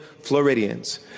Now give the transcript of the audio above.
Floridians